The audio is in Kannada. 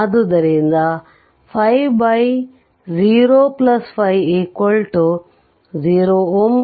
ಆದ್ದರಿಂದ 5 0 5 0Ω